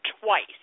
twice